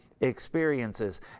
experiences